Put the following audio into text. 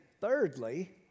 thirdly